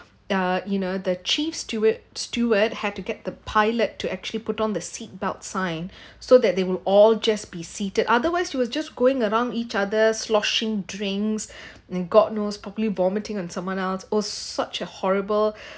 uh you know the chiefs steward steward had to get the pilot to actually put on the seat belt sign so that they will all just be seated otherwise they will just going around each other slushing drinks and god knows probably vomiting on someone else oh such a horrible